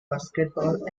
basketball